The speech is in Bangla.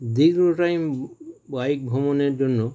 দীর্ঘ টাইম বাইক ভ্রমণের জন্য